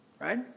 right